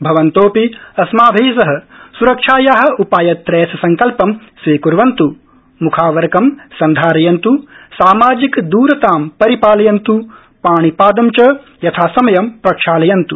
भवन्तोऽपिअस्माभि सहस्रक्षाया उपायत्रयस्यसङ्कल्पंस्वीक्वन्त् म्खावरकंसन्धारयन्त् सामाजिकदूरतांपरिपालयन्तु पाणिपादंचयथासमयंप्रक्षालयन्त्